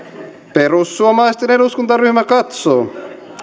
perussuomalaisten eduskuntaryhmä katsoo